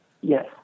yes